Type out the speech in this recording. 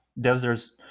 deserts